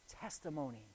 testimony